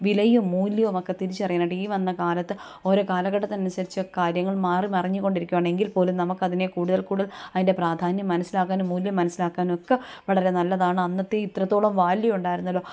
വിലയും മൂല്യവും ഒക്കെ തിരിച്ചറിയാനായിട്ട് ഈ വന്ന കാലത്ത് ഓരോ കാലഘട്ടത്തിനനുസരിച്ച് കാര്യങ്ങൾ മാറി മറിഞ്ഞ് കൊണ്ടിരിക്കുകയാണ് എങ്കിൽ പോലും നമുക്ക് അതിനെ കൂടുതൽ കൂടുതൽ അതിൻ്റെ പ്രാധാന്യം മനസ്സിലാക്കാനും മൂല്യം മനസ്സിലാക്കാനും ഒക്കെ വളരെ നല്ലതാണ് അന്നത്തെ ഇത്രത്തോളം വാല്യു ഉണ്ടായിരുന്നല്ലോ